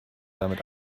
damit